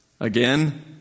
Again